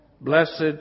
blessed